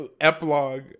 epilogue